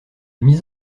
mise